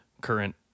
current